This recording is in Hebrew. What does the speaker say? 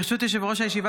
ברשות יושב-ראש הישיבה,